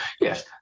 Yes